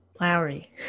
Lowry